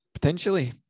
Potentially